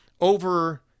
over